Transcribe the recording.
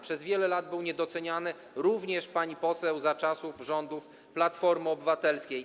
Przez wiele lat był niedoceniany, również, pani poseł, za czasów rządów Platformy Obywatelskiej.